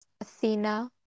Athena